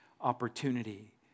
opportunity